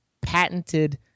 patented